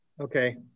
Okay